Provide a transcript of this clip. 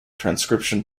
transcription